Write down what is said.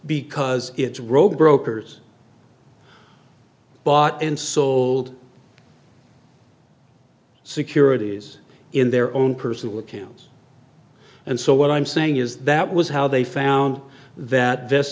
because it's rogue brokers bought and sold securities in their own personal accounts and so what i'm saying is that was how they found that this